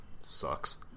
Sucks